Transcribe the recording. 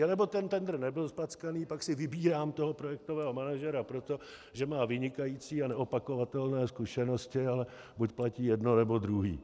Anebo ten tendr nebyl zpackaný, pak si vybírám projektového manažera proto, že má vynikající a neopakovatelné zkušenosti, ale buď platí jedno, nebo druhé.